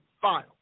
file